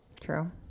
True